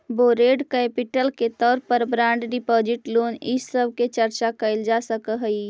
borrowed capital के तौर पर बॉन्ड डिपाजिट लोन इ सब के चर्चा कैल जा सकऽ हई